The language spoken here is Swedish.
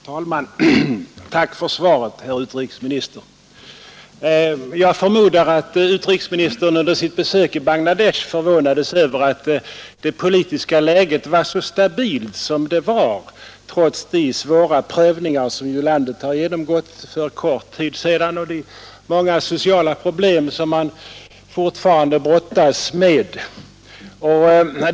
Herr talman! Tack för svaret, herr utrikesminister! Jag förmodar att utrikesministern under sitt besök i Bangladesh förvånade sig över att det politiska läget var så stabilt som det var trots de svåra prövningar som landet genomgått för kort tid sedan och de många sociala problem som man fortfarande brottas med.